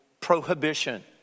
prohibition